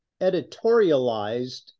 editorialized